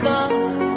God